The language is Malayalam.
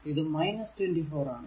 ഇത് 24 ആണ്